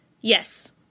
Yes